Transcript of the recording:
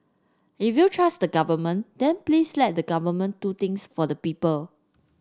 if you trust the Government then please let the Government do things for the people